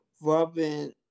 Robin